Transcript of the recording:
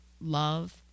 Love